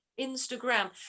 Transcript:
Instagram